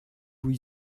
vous